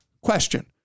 question